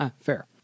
Fair